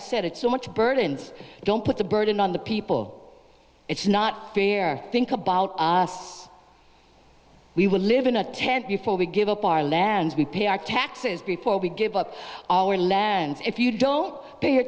i said it so much burdens don't put the burden on the people it's not fair think about us we will live in a tent before we give up our lands we pay our taxes before we give up our lands if you don't pay